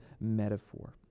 metaphor